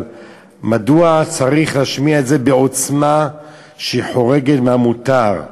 אבל מדוע צריך להשמיע את זה בעוצמה שחורגת מהמותר?